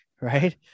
right